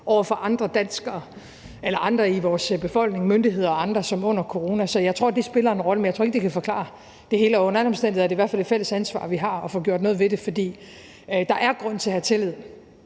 over for andre danskere eller andre i vores befolkning, myndigheder og andre, som under corona. Så jeg tror, det spiller en rolle. Men jeg tror ikke, det kan forklare det hele, og under alle omstændigheder har vi i hvert fald et fælles ansvar for få gjort noget ved det. For der er grund til at have tillid.